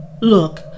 Look